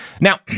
Now